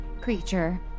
creature